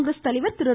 காங்கிரஸ் தலைவர் திரு